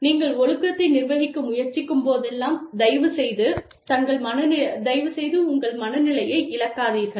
நீங்கள் ஒழுக்கத்தை நிர்வகிக்க முயற்சிக்கும்போதெல்லாம் தயவுசெய்து உங்கள் மனநிலையை இழக்காதீர்கள்